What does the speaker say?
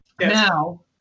Now